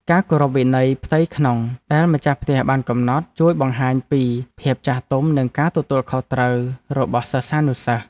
ការគោរពវិន័យផ្ទៃក្នុងដែលម្ចាស់ផ្ទះបានកំណត់ ជួយបង្ហាញពីភាពចាស់ទុំនិងការទទួលខុសត្រូវរបស់សិស្សានុសិស្ស។